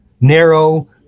narrow